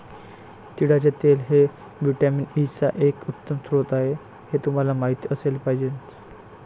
तिळाचे तेल हे व्हिटॅमिन ई चा एक उत्तम स्रोत आहे हे तुम्हाला माहित असले पाहिजे